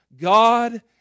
God